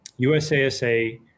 USASA